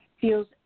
feels